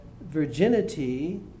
virginity